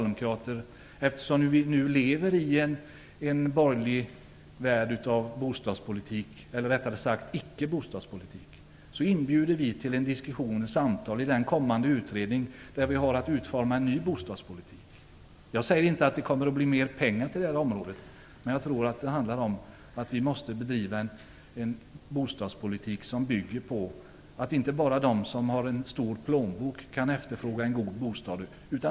Eftersom vi nu lever i en värld av borgerlig bostadspolitik - eller rättare sagt icke-bostadpolitik - inbjuder vi socialdemokrater till diskussion och samtal i den kommande utredning som har att utforma en ny bostadspolitik. Jag säger inte att det kommer att bli mer pengar till området, men jag tror att vi måste bedriva en bostadspolitik som bygger på att inte bara de som har en stor plånbok skall kunna efterfråga en god bostad.